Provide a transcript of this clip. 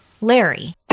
Larry